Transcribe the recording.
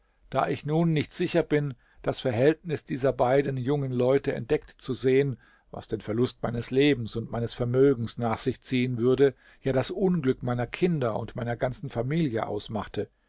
da ich nun nicht sicher bin das verhältnis dieser beiden jungen leute entdeckt zu sehen was den verlust meines lebens und meines vermögens nach sich ziehen würde ja das unglück meiner kinder und meiner ganzen familie ausmachte